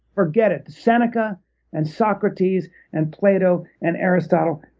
forget it. seneca and socrates and plato and aristotle,